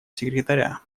секретаря